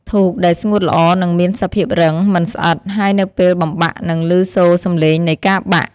ធូបដែលស្ងួតល្អនឹងមានសភាពរឹង មិនស្អិត ហើយនៅពេលបំបាក់នឹងឮសូរសម្លេងនៃការបាក់។